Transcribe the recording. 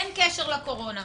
אין קשר לקורונה.